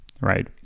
right